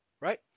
right